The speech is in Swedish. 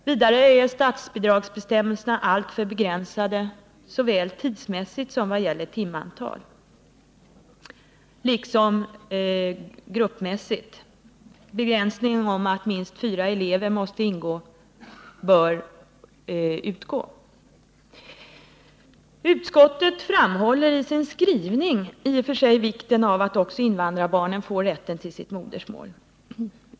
Vidare är statsbidragsbestämmelserna alltför begränsade såväl tidsmässigt i fråga om timantal som gruppmässigt — begränsningen att minst fyra elever måste ingå bör tas bort. Utskottet framhåller i sin skrivning i och för sig vikten av att också invandrarbarnen får rätt till sitt modersmål.